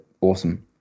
awesome